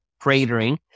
cratering